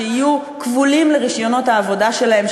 שיהיו כבולים לרישיונות העבודה שלהם,